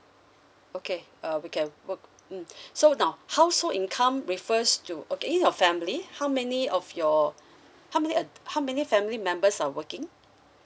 okay uh we can work mm so now household income refers to okay in your family how many of your how many uh how many family members are working